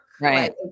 Right